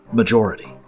majority